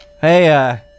Hey